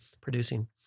producing